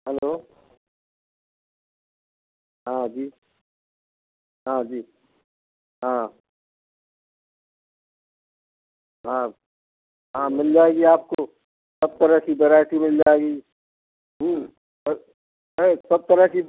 hello हाँ जी हाँ जी हाँ हाँ हाँ मिल जाएगी आपको सब तरह की वेराइटी मिल जाएगी है सब तरह की